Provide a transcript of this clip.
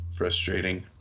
Frustrating